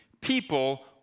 People